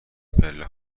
پله